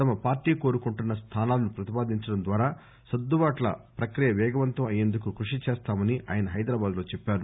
తమ పార్టీ కోరుకుంటున్న న్లానాలను ప్రతిపాదించడం ద్వారా సర్గుబాట్ల ప్రక్రియ వేగవంతం అయ్యేందుకు కృషి చేస్తామని ఆయన హైదరాబాద్ లో చెప్పారు